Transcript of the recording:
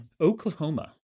Oklahoma